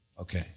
Okay